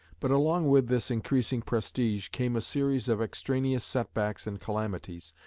but along with this increasing prestige came a series of extraneous setbacks and calamities,